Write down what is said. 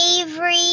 Avery